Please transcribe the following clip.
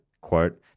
quote